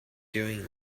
doing